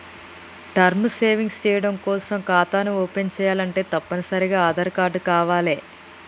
term savings చెయ్యడం కోసం ఖాతాని ఓపెన్ చేయాలంటే తప్పనిసరిగా ఆదార్ కార్డు కావాలే